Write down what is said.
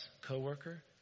co-worker